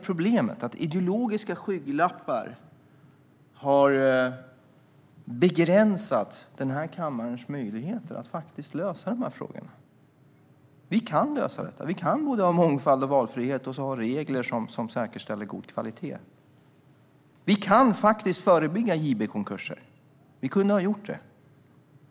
Problemet är att ideologiska skygglappar har begränsat denna kammares möjligheter att lösa de här frågorna. Vi kan lösa detta - vi kan ha både mångfald och valfrihet samtidigt som vi har regler som säkerställer god kvalitet. Vi kan förebygga JB-konkurser. Vi kunde ha gjort det.